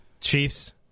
chiefs